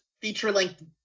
feature-length